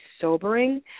sobering